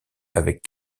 avec